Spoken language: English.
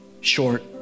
short